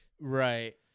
Right